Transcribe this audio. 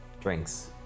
Drinks